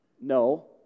no